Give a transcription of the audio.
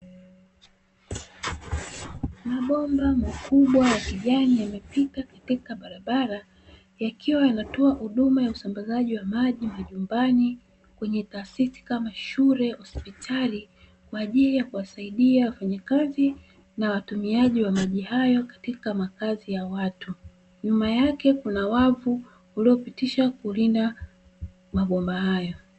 Mabomba makubwa ya kijani yamepita katika barabara, yakiwa yanatoa huduma ya usambazaji wa maji majumbani, kwenye taasisi kama: shule, hospitali kwa ajili ya kuwasaidia wafanyakazi na watumiaji wa maji hayo katika makazi ya watu. Nyuma yake kuna wavu uliopitisha kulinda mabomba hayo.